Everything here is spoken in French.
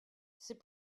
c’est